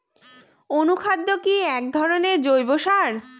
অনুখাদ্য কি এক ধরনের জৈব সার?